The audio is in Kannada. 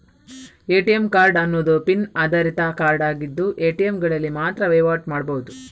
ಎ.ಟಿ.ಎಂ ಕಾರ್ಡ್ ಅನ್ನುದು ಪಿನ್ ಆಧಾರಿತ ಕಾರ್ಡ್ ಆಗಿದ್ದು ಎ.ಟಿ.ಎಂಗಳಲ್ಲಿ ಮಾತ್ರ ವೈವಾಟು ಮಾಡ್ಬಹುದು